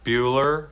Bueller